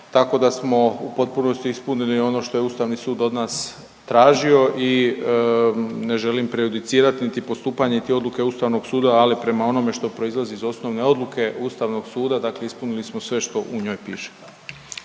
tako da smo u potpunosti ispunili ono što je Ustavni sud od nas tražio i ne želim prejudicirati niti postupanje te odluke Ustavnog suda, ali prema onome što proizlazi iz osnovne odluke Ustavnog suda dakle ispunili smo sve što u njoj piše.